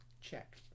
Check